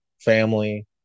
family